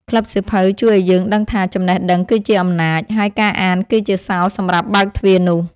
ក្លឹបសៀវភៅជួយឱ្យយើងដឹងថា ចំណេះដឹងគឺជាអំណាច ហើយការអានគឺជាសោសម្រាប់បើកទ្វារនោះ។